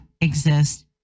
exist